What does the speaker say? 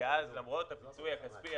כי אז למרות הפיצוי הכספי,